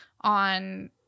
on